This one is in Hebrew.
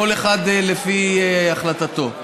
כל אחד לפי החלטתו.